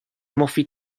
مفید